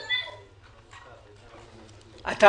איתי,